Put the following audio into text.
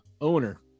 owner